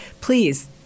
please